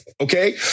Okay